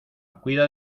cuida